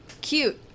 Cute